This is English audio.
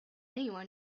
anyone